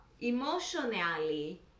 emotionally